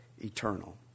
eternal